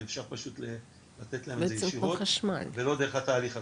ואפשר פשוט לתת להם את זה ישירות ולא דרך התהליך הזה.